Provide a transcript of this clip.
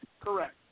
correct